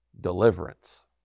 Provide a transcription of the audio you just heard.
deliverance